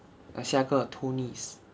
下一个 tunis